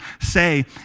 say